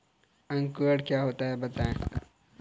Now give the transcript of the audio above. अंकुरण क्या होता है बताएँ?